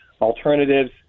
alternatives